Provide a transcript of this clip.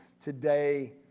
today